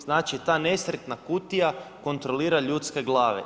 Znači ta nesretna kutija kontrolira ljudske glave.